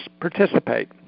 participate